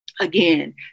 Again